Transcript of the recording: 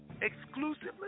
exclusively